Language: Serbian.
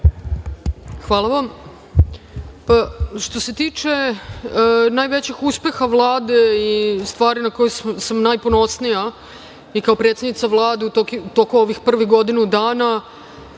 Hvala vam. Što se tiče najvećih uspeha Vlade i stvari na koje sam najponosnija i kao predsednica Vlade u toku ovih prvih godinu dana,